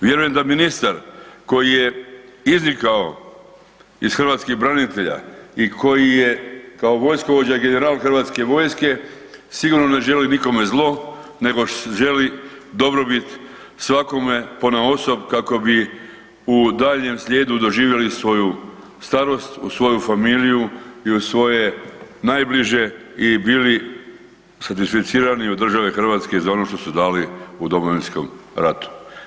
Vjerujem da ministar koji je iznikao iz hrvatskih branitelja i koji je kao vojskovođa i general HV-a sigurno ne želi nikome zlo nego želi dobrobit svakome ponaosob kako bi u daljnjem slijedu doživjeli svoju starost uz svoju familiju i uz svoje najbliže i bili satisficirani od države Hrvatske za ono što su dali u Domovinskom ratu.